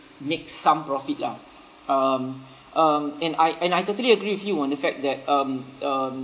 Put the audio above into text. make some profit lah um um and I and I totally agree with you on the fact that um um